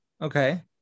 Okay